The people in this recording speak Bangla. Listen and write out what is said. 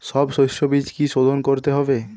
সব শষ্যবীজ কি সোধন করতে হবে?